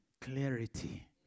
clarity